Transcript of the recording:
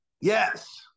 Yes